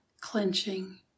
clenching